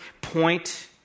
point